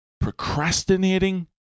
procrastinating